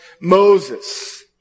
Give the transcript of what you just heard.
Moses